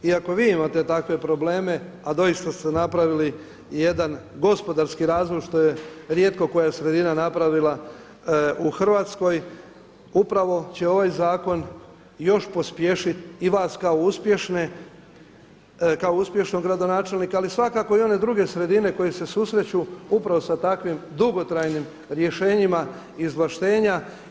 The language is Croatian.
I ako vi imate takve probleme a doista ste napravili jedan gospodarski razvoj što je rijetko koja sredina napravila u Hrvatskoj upravo će ovaj zakon još pospješiti i vas kao uspješnog gradonačelnika ali svakako i one druge sredine koje se susreću upravo sa takvim dugotrajnim rješenjima izvlaštenja.